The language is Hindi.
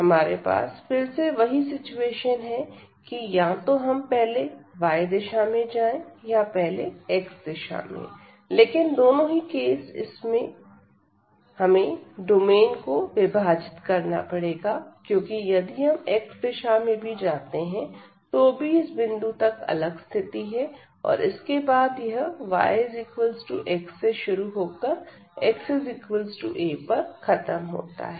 हमारे पास फिर से वही सिचुएशन है की या तो हम पहले y दिशा में जाएं या पहले x दिशा में लेकिन दोनों ही केस इसमें हमें डोमेन को विभाजित करना पड़ेगा क्योंकि यदि हम x दिशा में भी जाते हैं तो भी इस बिंदु तक अलग स्थिति है और इसके बाद यह yx से शुरू होकर xa पर खत्म होता है